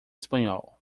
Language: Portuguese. espanhol